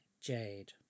jade